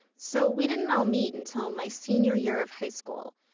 so we didn't all meet until my senior year of high school,